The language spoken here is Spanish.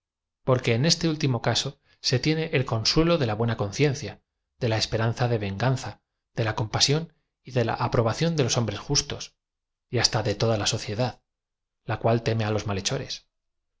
porque en este último caso se tieoe el consuelo de la buena conciencia de la esperanza de venganza de la compasión y de la apro bación de los hombres justos y hasta de toda la socie dad la cual teme á los malhechores